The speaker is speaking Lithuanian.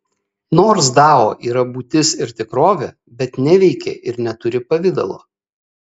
nors dao yra būtis ir tikrovė bet neveikia ir neturi pavidalo